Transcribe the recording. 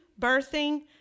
birthing